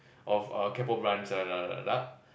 of uh lah lah lah lah